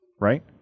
right